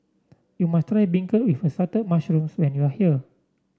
you must try beancurd with Assorted Mushrooms when you are here